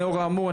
לאור האמור,